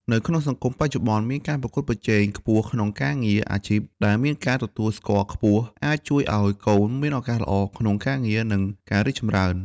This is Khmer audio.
នៅក្នុងសង្គមបច្ចប្បន្នមានការប្រកួតប្រជែងខ្ពស់ក្នុងការងារ អាជីពដែលមានការទទួលស្គាល់ខ្ពស់អាចជួយឲ្យកូនមានឱកាសល្អក្នុងការងារ និងការរីកចម្រើន។